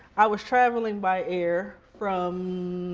i was traveling by air from